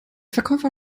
verkäufer